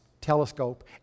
telescope